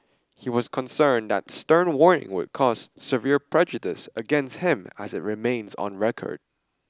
he was concerned that stern warning would cause severe prejudice against him as it remained on record